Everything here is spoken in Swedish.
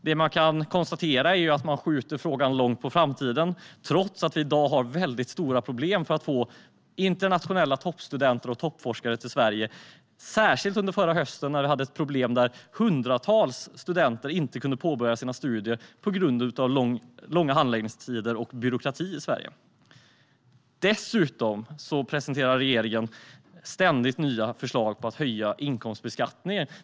Det som kan konstateras är att man skjuter frågan långt på framtiden trots att vi i dag har väldigt stora problem att få internationella toppstudenter och toppforskare till Sverige. Det gällde särskilt under förra hösten, när vi hade ett problem där hundratals studenter inte kunde påbörja sina studier på grund av långa handläggningstider och byråkrati i Sverige. Dessutom presenterar regeringen ständigt nya förslag om att höja inkomstbeskattningen.